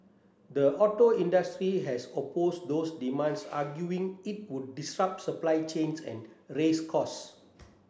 the auto industry has opposed those demands arguing it would disrupt supply chains and raise costs